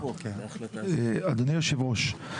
אדוני היושב-ראש,